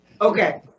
Okay